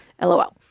lol